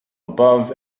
above